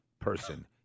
person